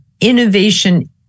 innovation